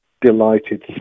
delighted